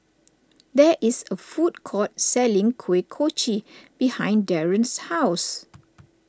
there is a food court selling Kuih Kochi behind Deron's house